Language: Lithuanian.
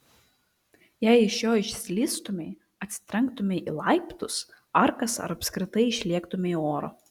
jei iš jo išslystumei atsitrenktumei į laiptus arkas ar apskritai išlėktumei į orą